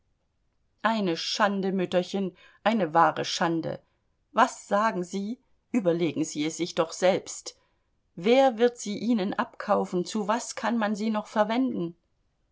eine schande mütterchen eine wahre schande was sagen sie überlegen sie es sich doch selbst wer wird sie ihnen abkaufen zu was kann man sie noch verwenden